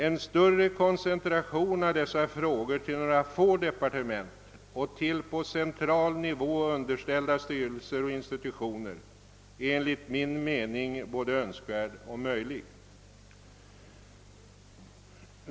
En större koncentration av dessa frågor till några få departement och till i förhållande till den centrala administrationen underställda styrelser och institutioner är enligt min mening både önskvärd och möjlig.